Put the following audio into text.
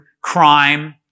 crime